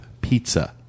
pizza